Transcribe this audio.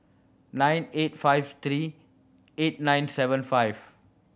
nine eight five three eight nine seven five